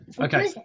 Okay